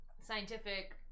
scientific